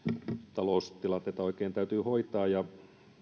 taloustilanteita oikein täytyy hoitaa ja